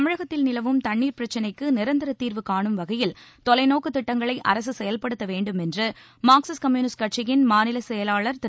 தமிழகத்தில் நிலவும் தண்ணீர் பிரச்னைக்கு நிரந்தர தீர்வு காணும் வகையில் தொலைநோக்குத் திட்டங்களை அரசு செயல்படுத்த வேண்டும் என்று மார்க்சிஸ்ட் கம்யூனிஸ்ட் கட்சியின் மாநிலச் செயலாளர் திரு